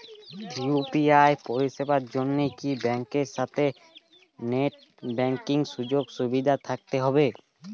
UPI পরিষেবার জন্য কি ব্যাংকের সাথে নেট ব্যাঙ্কিং সুযোগ সুবিধা থাকতে হবে?